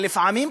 לפעמים,